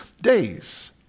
days